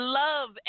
love